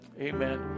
Amen